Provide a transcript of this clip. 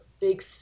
big